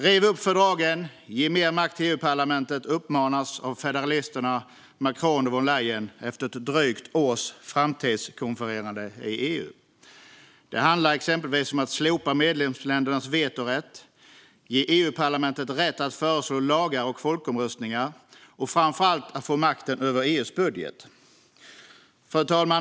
Riv upp fördragen och ge mer makt till EU-parlamentet, uppmanar federalisterna Macron och von der Leyen efter ett drygt års framtidskonfererande i EU. Det handlar exempelvis om att slopa medlemsländernas vetorätt och att ge EU-parlamentet rätten att föreslå lagar och folkomröstningar och framför allt få makten över EU:s budget. Fru talman!